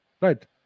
Right